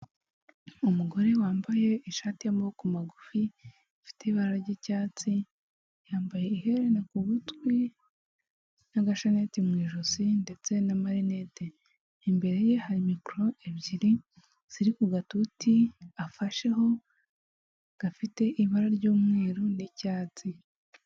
Umugore wambaye ishati y’ amaboko magufi, ifite ibara ry’ icyatsi. Yambaye iherena ku gutwi n’ agashanete mu ijosi ndetse n’ amarinete. Imbere ye hari nikoro ebyiri ziri ku gatuti afasheho gafite ibara ry’ umweru n’ icyatsi.